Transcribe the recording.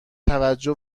توجه